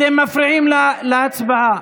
אתם מפריעים להצבעה.